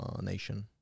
nation